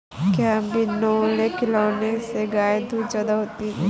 क्या बिनोले खिलाने से गाय दूध ज्यादा देती है?